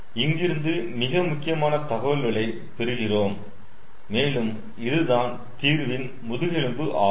இங்கிருந்து மிக முக்கியமான தகவல்களை பெறுகிறோம் மேலும் இதுதான் தீர்வின் முதுகெலும்பு ஆகும்